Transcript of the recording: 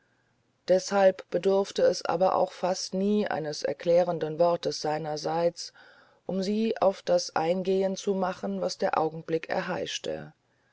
deshalb bedurfte es aber auch fast nie eines erklärenden wortes seinerseits um sie auf das eingehen zu machen was der augenblick erheischte